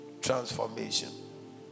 transformation